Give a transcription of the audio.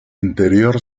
interior